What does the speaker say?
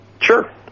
sure